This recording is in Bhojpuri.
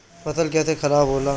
फसल कैसे खाराब होला?